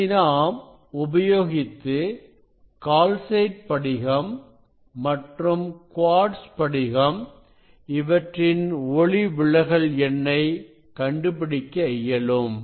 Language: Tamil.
இதை நாம் உபயோகித்து கால்சைட் படிகம் மற்றும் குவார்ட்ஸ் படிகம் இவற்றின் ஒளிவிலகல் எண்ணை கண்டுபிடிக்க இயலும்